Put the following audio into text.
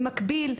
במקביל,